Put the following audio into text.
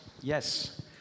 yes